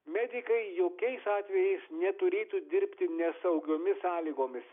medikai jokiais atvejais neturėtų dirbti nesaugiomis sąlygomis